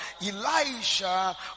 Elijah